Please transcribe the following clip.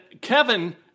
Kevin